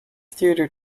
theatre